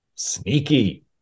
sneaky